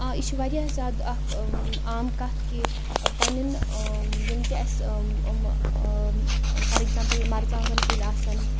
آ یہِ چھُ واریاہ زیادٕ اکھ عام کَتھ کہِ پننٮ۪ن یِم تہِ اسہِ یِم فار ایکزامپٕل مَرژٕانگَن کُلۍ آسن